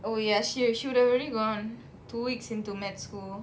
oh yes she she would have already gone two weeks into medical school